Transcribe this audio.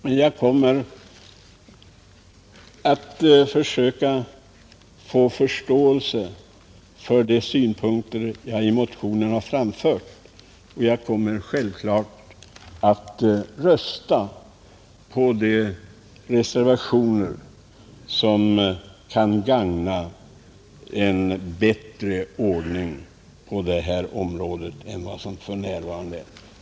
Jag yrkar alltså bifall till min motion och hoppas få förståelse för de synpunkter som jag har framfört där. Vidare kommer jag självfallet att rösta för de reservationer som kan leda till en bättre ordning på det här området än den som råder för närvarande.